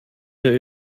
der